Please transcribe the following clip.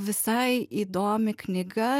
visai įdomi knyga